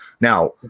Now